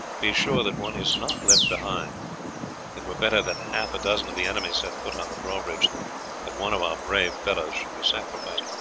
be sure that one is not left behind it were better that half a dozen of the enemy set foot on the drawbridge than that one of our brave fellows should be sacrificed.